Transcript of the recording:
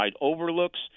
overlooks